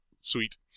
Sweet